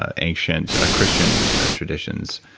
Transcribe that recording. ancient christian traditions.